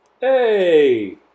Hey